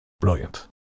Brilliant